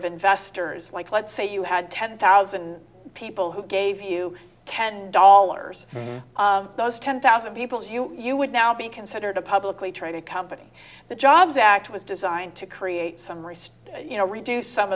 of investors like let's say you had ten thousand people who gave you ten dollars those ten thousand people to you you would now be considered a publicly traded company the jobs act was designed to create some risk you know reduce some